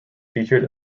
featured